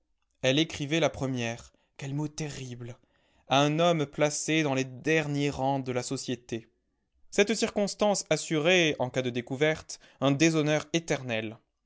elle écrivait la première quel mot terrible à un homme placé dans les derniers rangs de la société cette circonstance assurait en cas de découverte un déshonneur éternel